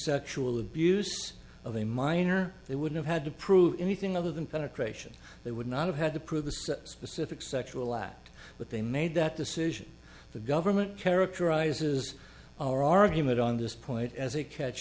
sexual abuse of a minor they would have had to prove anything other than penetration they would not have had to prove the specific sexual act but they made that decision the government characterizes our argument on this point as a catch